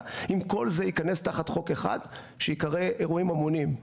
אם כל זה ייכנס תחת חוק אחד שייקרא אירועים המוניים.